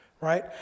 right